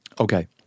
Okay